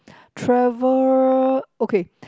travel okay